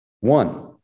One